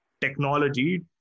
technology